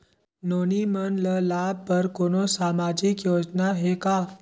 नोनी मन ल लाभ बर कोनो सामाजिक योजना हे का?